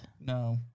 No